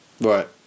Right